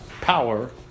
power